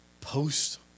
post